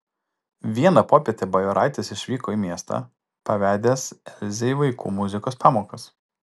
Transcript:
vieną popietę bajoraitis išvyko į miestą pavedęs elzei vaikų muzikos pamokas